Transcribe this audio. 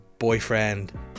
boyfriend